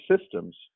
systems